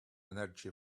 energy